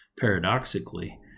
Paradoxically